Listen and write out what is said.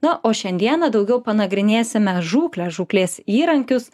na o šiandieną daugiau panagrinėsime žūklę žūklės įrankius